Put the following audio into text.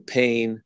pain